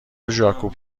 جاکوب